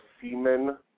semen